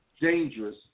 dangerous